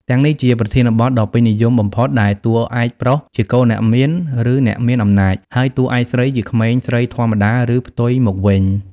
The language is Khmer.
ទាំងនេះជាប្រធានបទដ៏ពេញនិយមបំផុត ដែលតួឯកប្រុសជាកូនអ្នកមាន ឬអ្នកមានអំណាច ហើយតួឯកស្រីជាក្មេងស្រីធម្មតា ឬផ្ទុយមកវិញ។